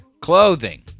clothing